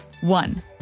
One